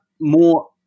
more